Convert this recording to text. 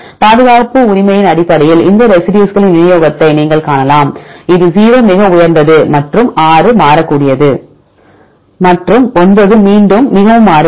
பாதுகாப்பு உரிமையின் அடிப்படையில் இந்த ரெசிடியூஸ்களின் விநியோகத்தை நீங்கள் காணலாம் இது 0 மிக உயர்ந்தது மற்றும் 6 மாறக்கூடியது மற்றும் 9 மீண்டும் மிகவும் மாறுபடும்